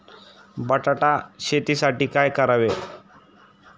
बटाटा शेतीसाठी काय करावे?